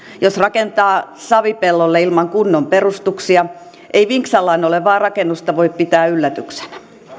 jos rakentaa savipellolle ilman kunnon perustuksia ei vinksallaan olevaa rakennusta voi pitää yllätyksenä